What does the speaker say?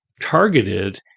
targeted